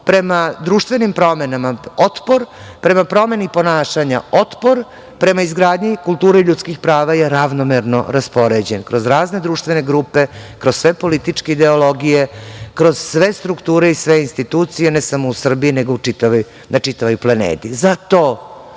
prema društvenim promenama, otpor prema promeni ponašanja, otpor prema izgradnji kulturi ljudskih prava je ravnomerno raspoređen kroz razne društvene grupe, kroz sve političke ideologije, kroz sve strukture i sve institucije, ne samo u Srbiji, nego na čitavoj planeti. Zato